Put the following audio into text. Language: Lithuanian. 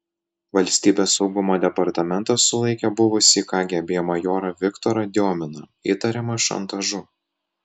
valstybės saugumo departamentas sulaikė buvusį kgb majorą viktorą diominą įtariamą šantažu